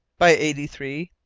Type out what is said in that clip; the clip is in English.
by eighty-three.